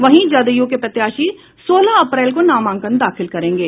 वहीं जदय् के प्रत्याशी सोलह अप्रैल को नामांकन दाखिल करेंगे